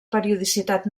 periodicitat